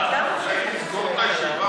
אתה רוצה את הספר שלי?